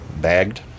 Bagged